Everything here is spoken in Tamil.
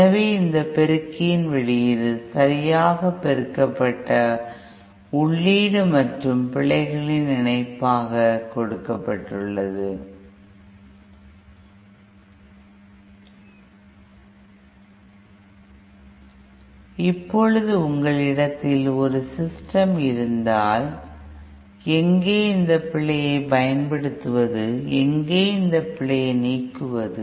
எனவே இந்தபெருக்கியின் வெளியீடு சரியாக பெருக்கப்பட்ட உள்ளீடு மற்றும் சில பிழைகளின் இணைப்பாக கொடுக்கப்படுகிறது இப்போது உங்கள் இடத்தில் ஒரு சிஸ்டம் இருந்தால் எங்கே இந்த பிழையை பயன்படுத்துவது எங்கே இந்த பிழையை நீக்குவது